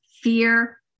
fear